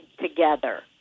together